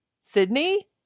sydney